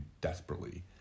desperately